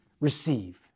receive